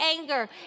anger